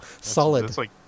Solid